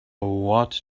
what